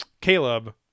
Caleb